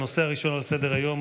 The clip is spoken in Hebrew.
הנושא הראשון על סדר-היום,